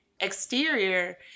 exterior